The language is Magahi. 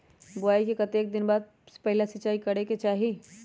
बोआई के कतेक दिन बाद पहिला सिंचाई करे के चाही?